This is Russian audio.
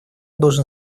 должен